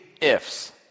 ifs